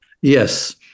Yes